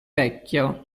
vecchio